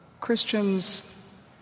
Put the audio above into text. Christians